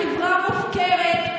החברה מופקרת.